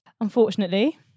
Unfortunately